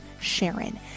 Sharon